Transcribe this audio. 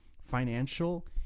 financial